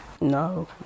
No